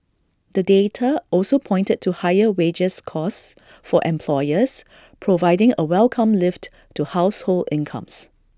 the data also pointed to higher wages costs for employers providing A welcome lift to household incomes